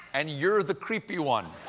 and you're the creepy one.